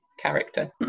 character